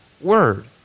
Word